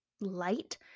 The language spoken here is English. light